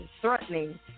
threatening